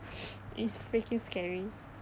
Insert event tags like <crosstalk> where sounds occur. <noise> it's freaking scary